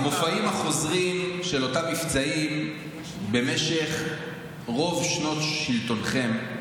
המופעים החוזרים של אותם מבצעים במשך רוב שנות שלטונכם,